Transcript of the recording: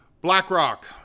BlackRock